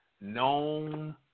known